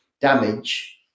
damage